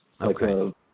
Okay